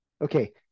okay